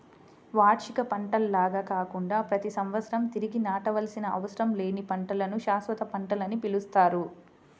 వార్షిక పంటల్లాగా కాకుండా ప్రతి సంవత్సరం తిరిగి నాటవలసిన అవసరం లేని పంటలను శాశ్వత పంటలని పిలుస్తారు